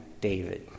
David